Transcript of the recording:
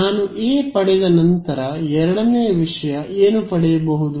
ನಾನು ಎ ಪಡೆದ ನಂತರ ಎರಡನೆಯ ವಿಷಯ ಏನು ಪಡೆಯುವುದು